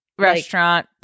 Restaurant